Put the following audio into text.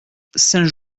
saint